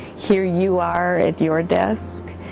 here you are at your desk,